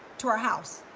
to our house.